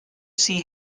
see